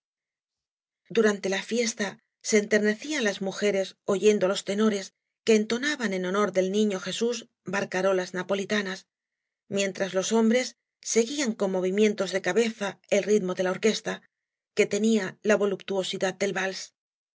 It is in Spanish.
durante la fiesta se enternecían las mujeres oyendo á los tenores que entonaban en honor del nifío jeiús barcarolas napolitanas mientras los hombres seguían con movimientos de cabeza el ritmo de la orquesta que tenía la voluptuosidad del vale